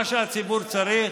מה שהציבור צריך.